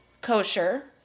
kosher